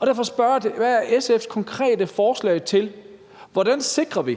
Derfor spørger jeg til, hvad SF's konkrete forslag er til, hvordan vi sikrer,